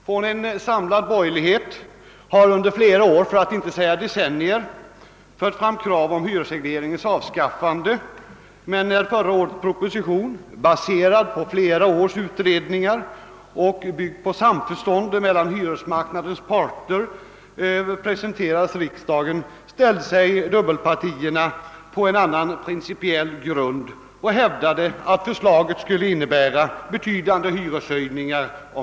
Från en samlad borgerlighet har under flera år, för att inte säga decennier, förts fram krav på hyresregleringens avskaffande, men när förra årets hyresproposition, baserad på flera års utredningar och byggd på samförstånd mellan hyresmarknadens parter, presenterades för riksdagen ställde sig mittenpartierna på en annan principiell grund och hävdade, att ett förverkligande av förslaget skulle innebära betydande hyreshöjningar.